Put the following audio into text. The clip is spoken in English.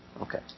Okay